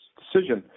decision